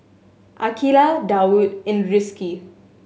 Aqilah Daud and Rizqi